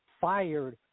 fired